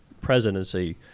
presidency